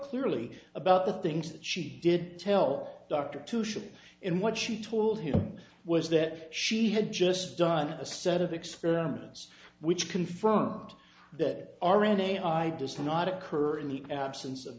clearly about the things that she did tell dr to shift and what she told him was that she had just done a set of experiments which confirmed that r n a i does not occur in the absence of